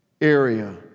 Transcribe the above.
area